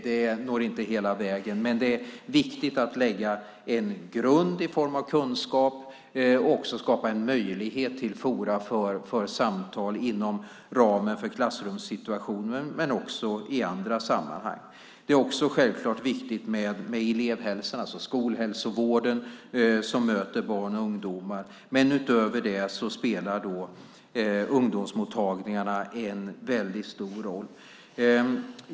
Det når inte hela vägen, men det är viktigt att lägga en grund i form av kunskap och skapa en möjlighet till forum för samtal inom ramen för klassrumssituationen och i andra sammanhang. Elevhälsan, det vill säga skolhälsovården, är självfallet också viktig eftersom den möter barn och ungdomar. Utöver det spelar ungdomsmottagningarna en väldigt stor roll.